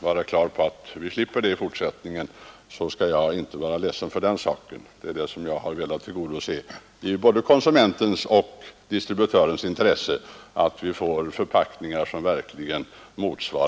vara förvissat om att vi slipper sådant ä ————— fortsättningen, så skulle jag inte vara ledsen för den saken. Det är det — L48 Om bestämning önskemålet som jag har velat tillgodose. Det ligger i både konsumentens 2” volym och vikt, och distributörens intresse att vi får förpackningar som motsvarar "2.